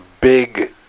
big